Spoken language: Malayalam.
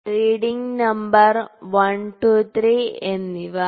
റീഡിങ് നമ്പർ 1 2 3 എന്നിവ ശരി